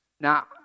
Now